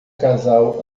casal